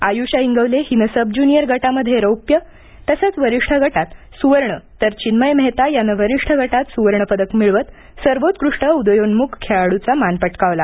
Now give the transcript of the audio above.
आयुषा इंगवले हिने sub junior गटामध्ये रौप्य तसंच वरिष्ठ गटात सुवर्ण तर चिन्मय मेहता यानं वरिष्ठ गटात सुवर्णपदक मिळवत सर्वोत्कृष्ट उदयन्मुख खेळाडूचा मान पटकावला